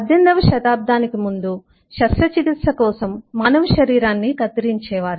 18 వ శతాబ్దానికి ముందు శస్త్రచికిత్స కోసం మానవ శరీరాన్ని కత్తిరించే వారు